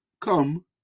come